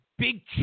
Big